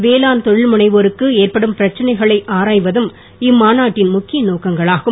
வேளாண் தொழில் முனைவோருக்கு ஏற்படும் பிரச்சனைகளை ஆராய்வதும் இம்மாநாட்டின் முக்கிய நோக்கங்களாகும்